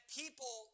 people